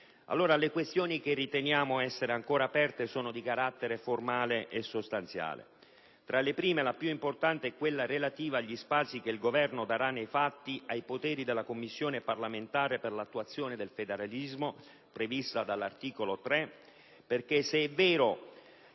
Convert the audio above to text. le questioni che riteniamo essere ancora aperte sono di carattere formale e sostanziale: tra le prime la più importante è quella relativa agli spazi che il Governo darà nei fatti ai poteri della Commissione parlamentare per l'attuazione del federalismo, prevista dall'articolo 3. Infatti, se è vero